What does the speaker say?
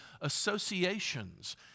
associations